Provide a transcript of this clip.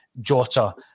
Jota